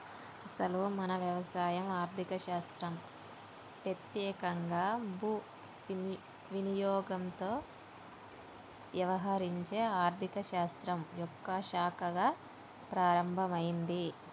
అసలు మన వ్యవసాయం ఆర్థిక శాస్త్రం పెత్యేకంగా భూ వినియోగంతో యవహరించే ఆర్థిక శాస్త్రం యొక్క శాఖగా ప్రారంభమైంది